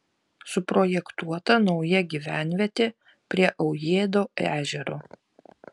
suprojektuota nauja gyvenvietė prie aujėdo ežero